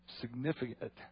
significant